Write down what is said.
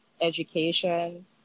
education